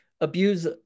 abuse